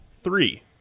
three